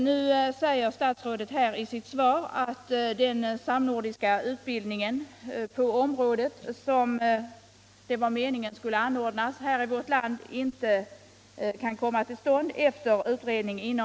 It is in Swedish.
Nu säger statsrådet i sitt svar att en utredning inom Landstingsförbundet visar att den samnordiska utbildning som skulle anordnas i vårt land inte kan komma till stånd.